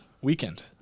weekend